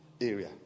area